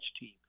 team